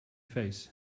face